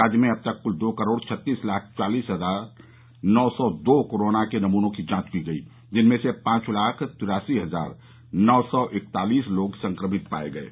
राज्य में अब तक कुल दो करोड़ छत्तीस लाख चालीस हजार नौ सौ दो कोरोना के नमूनों की जांच की गई जिनमें से पांच लाख तिरासी हजार नौ सौ इकतालीस लोग संक्रमित पाये गये